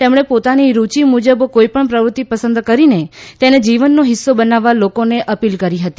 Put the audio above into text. તેમણે પોતાની રૂચિ મુજબ કોઇપણ પ્રવૃત્તિ પસંદ કરીને તેને જીવનનો હિસ્સો બનાવવા લોકોને અપીલ કરી હતી